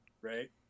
right